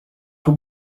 will